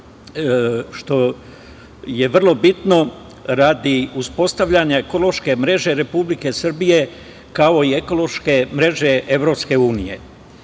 što je vrlo bitno radi uspostavljanja ekološke mreže Republike Srbije, kao i ekološke mreže EU.Jedan deo